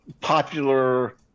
popular